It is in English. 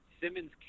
Simmons